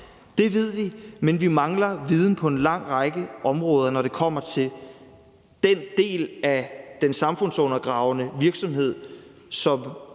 Det ved vi, men vi mangler viden på en lang række områder, når det kommer til den del af den samfundsundergravende virksomhed,